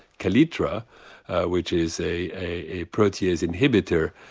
kaletra which is a a protease inhibitor,